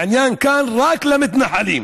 העניין כאן, רק למתנחלים.